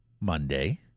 Monday